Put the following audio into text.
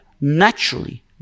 naturally